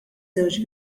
żewġ